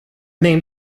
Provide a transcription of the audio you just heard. name